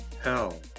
Hell